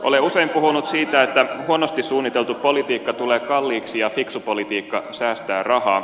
olen usein puhunut siitä että huonosti suunniteltu politiikka tulee kalliiksi ja fiksu politiikka säästää rahaa